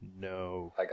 No